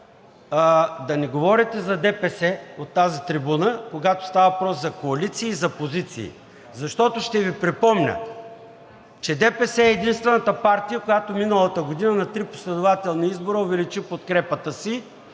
да не говорите за ДПС от тази трибуна, когато става въпрос за коалиции и за позиции, защото ще Ви припомня, че ДПС е единствената партия, която миналата година на три последователни избора увеличи подкрепата си